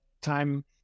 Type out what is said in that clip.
time